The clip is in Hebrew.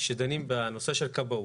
כשדנים בנושא של כבאות,